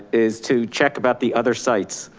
is to check about the other sites.